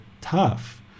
tough